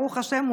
ברוך השם,